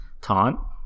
taunt